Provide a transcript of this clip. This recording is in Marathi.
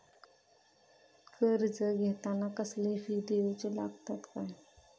कर्ज घेताना कसले फी दिऊचे लागतत काय?